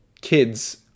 kids